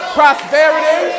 prosperity